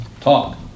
talk